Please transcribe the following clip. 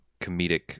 comedic